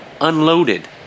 unloaded